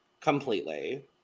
completely